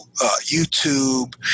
YouTube